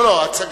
הצבעה.